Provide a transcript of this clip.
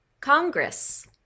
Congress